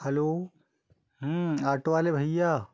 hello auto वाले भैया